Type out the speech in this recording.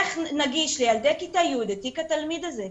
איך נגיש לילדי כיתה י' את תיק התלמיד הזה?